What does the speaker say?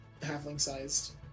halfling-sized